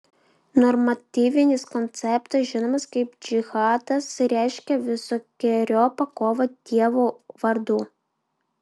normatyvinis konceptas žinomas kaip džihadas reiškia visokeriopą kovą dievo vardu